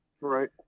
Right